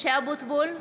(קוראת בשמות חברי הכנסת) משה אבוטבול,